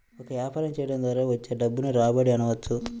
ఒక వ్యాపారం చేయడం ద్వారా వచ్చే డబ్బును రాబడి అనవచ్చు